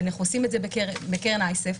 ואנחנו עושים את זה בקרן אייסף,